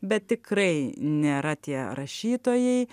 bet tikrai nėra tie rašytojai